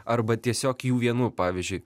arba tiesiog jų vienų pavyzdžiui